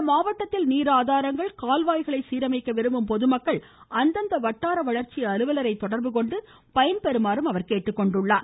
இம்மாவட்டத்தில் நீர் ஆதாரங்கள் மற்றும் கால்வாய்களை சீரமைக்க விரும்பும் பொதுமக்கள் அந்தந்த வட்டார வளர்ச்சி அலுவலரை தொடர்பு கொண்டு பயன்பெறுமாறு கேட்டுக்கொண்டுள்ளார்